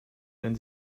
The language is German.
wenn